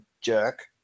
jerk